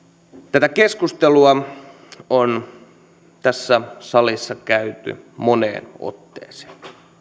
tätä keskustelua on tässä salissa käyty moneen otteeseen